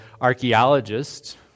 archaeologists